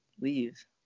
leave